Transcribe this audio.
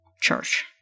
church